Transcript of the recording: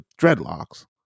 dreadlocks